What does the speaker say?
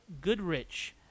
Goodrich